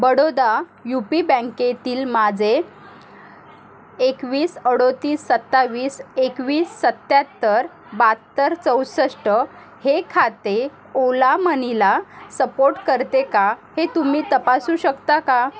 Baroda U P बँकेतील माझे एकवीस अडतीस सत्तावीस एकवीस सत्त्याहत्तर बाहत्तर चौसष्ट हे खाते ओला मनीला सपोर्ट करते का हे तुम्ही तपासू शकता का